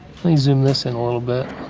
zoom this in a little bit.